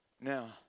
Now